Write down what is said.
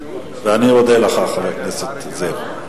אני אודה לך, חבר הכנסת זאב.